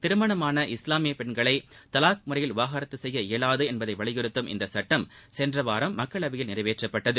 திருமணமான இஸ்லாமிய பெண்களை தலாக் முறையில் விவாகரத்து செய்ய இயலாது என்பதை வலியுறுத்தும் இந்த சட்டம் சென்ற வாரம் மக்களவையில் நிறைவேற்றப்பட்டது